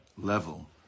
level